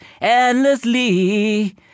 endlessly